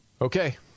Okay